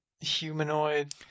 humanoid